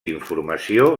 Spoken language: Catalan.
informació